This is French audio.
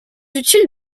utile